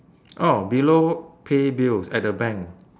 oh below pay bills at the bank